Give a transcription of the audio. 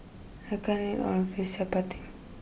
I can't eat all of this Chappati